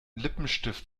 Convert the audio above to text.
lippenstift